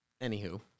anywho